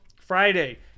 Friday